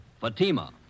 Fatima